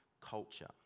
culture